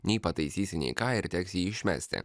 nei pataisysi nei ką ir teks jį išmesti